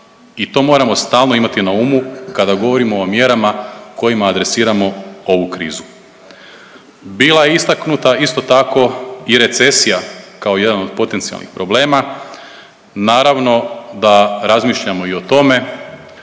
I to moramo stalno imati na umu kada govorimo o mjerama kojima adresiramo ovu krizu. Bila je istaknuta isto tako i recesija kao jedan od potencijalnih problema. Naravno da razmišljamo i o tome,